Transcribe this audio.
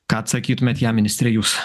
ką atsakytumėt jam ministre jūs